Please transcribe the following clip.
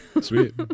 Sweet